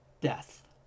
Death